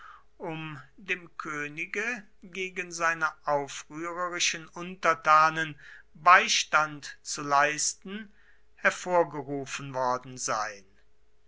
um dem könige gegen seine aufrührerischen untertanen beistand zu leisten hervorgerufen worden sein